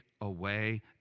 away